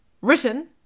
Written